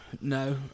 no